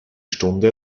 stunde